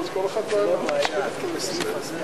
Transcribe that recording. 7 והוראת שעה) (שירות במשטרה ושירות מוכר) (תיקון מס' 13),